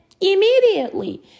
immediately